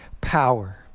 power